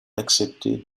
d’accepter